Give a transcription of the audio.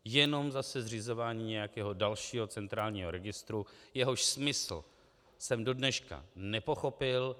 Jenom zase zřizování nějakého dalšího centrálního registru, jehož smysl jsem do dneška nepochopil.